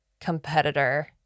competitor